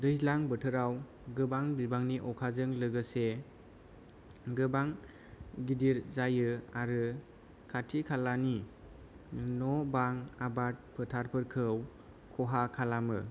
दैज्लां बोथोराव गोबां बिबांनि अखाजों लोगोसे गोबां गिदिर जायो आरो खाथि खालानि न' बां आबाद फोथारफोरखौ खहा खालामो